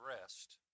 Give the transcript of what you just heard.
rest